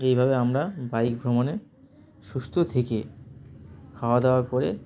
এইভাবে আমরা বাইক ভ্রমণে সুস্থ থেকে খাওয়া দাওয়া করে